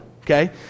okay